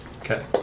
Okay